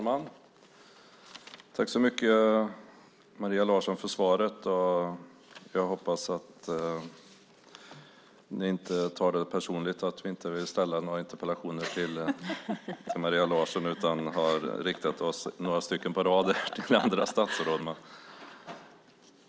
Fru talman! Jag tackar Maria Larsson för svaret. Jag hoppas att hon inte tar det personligt att vi inte vill ställa några interpellationer till henne utan har riktat oss, några stycken på rad här, till andra statsråd.